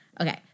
Okay